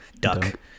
Duck